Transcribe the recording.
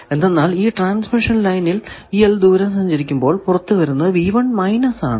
എന്തെന്നാൽ ഈ ട്രാൻസ്മിഷൻ ലൈനിൽ ഈ l ദൂരം സഞ്ചരിക്കുമ്പോൾ പുറത്തേക്കു വരുന്നത് ആണ്